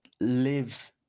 live